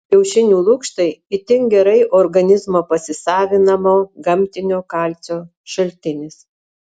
kiaušinių lukštai itin gerai organizmo pasisavinamo gamtinio kalcio šaltinis